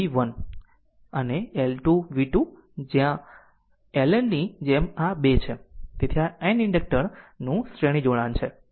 અને L 2 v 2 માં L Nની જેમ આ 2 છે તેથી આ N ઇન્ડક્ટર નો શ્રેણી જોડાણ છે